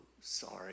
sorry